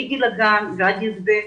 מגיל הגן ועד י"ב,